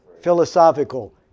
philosophical